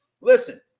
listen